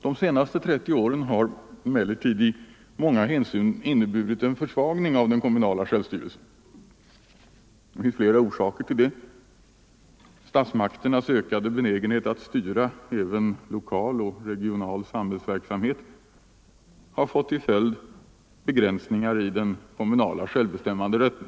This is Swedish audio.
De senaste 30 åren har emellertid i många hänseenden inneburit en försvagning av den kommunala självstyrelsen. Det finns flera orsaker till det. Statsmakternas ökade benägenhet att styra även lokal och regional samhällsverksamhet har fått till följd begränsningar i den kommunala självbestämmanderätten.